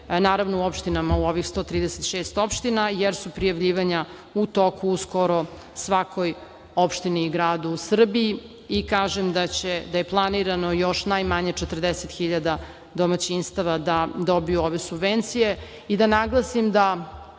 naravno u ovih 136 opština, jer su prijavljivanja u toku u skoro svakoj opštini i gradu u Srbiji. Planirano je još najmanje 40.000 domaćinstava da dobiju ove subvencije. Da naglasim da